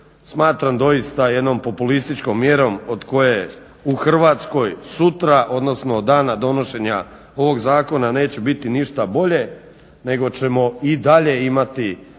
smatram doista jednom populističkom mjerom od koje u Hrvatskoj sutra odnosno od dana donošenja ovog Zakona neće biti ništa bolje nego ćemo i dalje imati